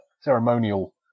ceremonial